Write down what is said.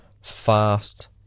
fast